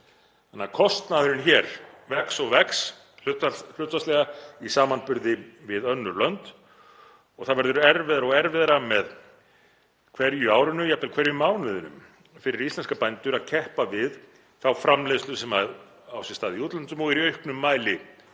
þannig að kostnaðurinn hér vex og vex hlutfallslega í samanburði við önnur lönd og það verður erfiðara og erfiðara með hverju árinu, jafnvel hverjum mánuðinum, fyrir íslenska bændur að keppa við þá framleiðslu sem á sér stað í útlöndum og er í auknum mæli